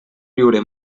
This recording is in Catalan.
viure